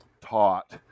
taught